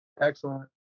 excellent